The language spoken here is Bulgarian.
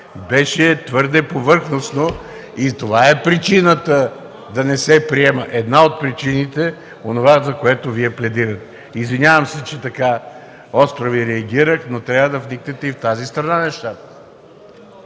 беше твърде повърхностно и това е една от причините да не се приема онова, за което Вие пледирате. Извинявам се, че така остро реагирах, но трябва да вникнете и в тази страна на нещата.